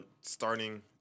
starting